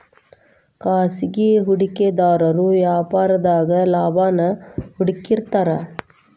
ಖಾಸಗಿ ಹೂಡಿಕೆದಾರು ವ್ಯಾಪಾರದಾಗ ಲಾಭಾನ ಹುಡುಕ್ತಿರ್ತಾರ